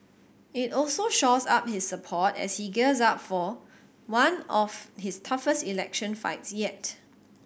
it also shores up his support as he gears up for one of his toughest election fights yet